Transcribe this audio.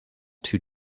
two